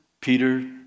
Peter